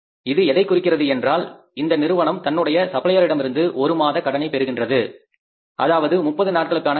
இது எதைக் குறிக்கிறது என்றால் இந்த நிறுவனம் தன்னுடைய சப்ளையரிடமிருந்து ஒரு மாத கடனை பெறுகின்றது அதாவது 30 நாட்களுக்கான கடன்